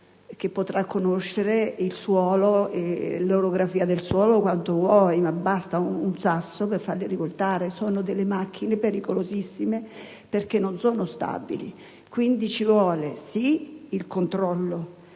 potrà conoscere l'orografia del suolo quanto si vuole, ma basta un sasso per far rivoltare queste macchine pericolosissime, perché non sono stabili. Quindi, ci vuole il controllo